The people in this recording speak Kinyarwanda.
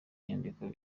nyandiko